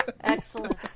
Excellent